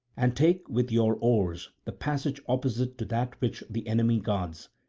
and take with your oars the passage opposite to that which the enemy guards,